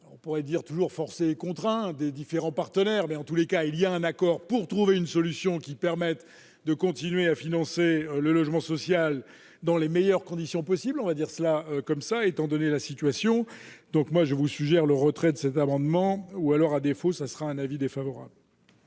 on pourrait dire toujours forcé et contraint des différents partenaires, mais en tous les cas, il y a un accord pour trouver une solution qui permette de continuer à financer le logement social dans les meilleures conditions possibles, on va dire cela comme ça, étant donné la situation donc, moi, je vous suggère le retrait de cet amendement ou alors, à défaut, ça sera un avis défavorable.